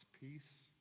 peace